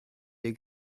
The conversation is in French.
des